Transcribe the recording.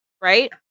right